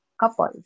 couples